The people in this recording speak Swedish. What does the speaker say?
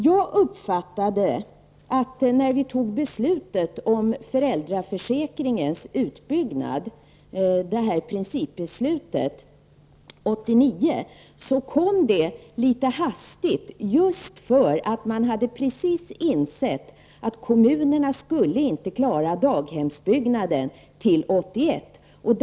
Jag uppfattade att när vi tog beslutet om föräldrarförsäkringens utbyggnad, det här principbeslutet 1989, så kom det lite hastigt just för att man precis hade insett att kommunerna inte skulle klara daghemsutbyggnaden till 1991.